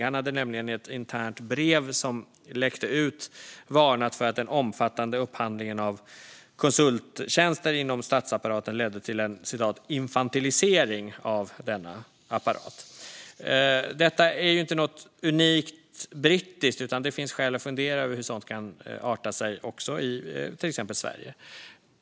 Han hade nämligen i ett internt brev som läckte ut varnat för att den omfattande upphandlingen av konsulttjänster inom statsapparaten ledde till en infantilisering av denna apparat. Detta är inte något unikt brittiskt, utan det finns skäl att fundera över hur sådant kan arta sig också i till exempel Sverige.